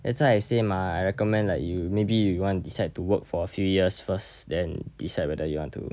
that's why I say mah I recommend like you maybe you want decide to work for a few years first then decide whether you want to